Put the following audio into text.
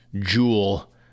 jewel